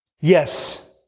yes